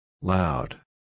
Loud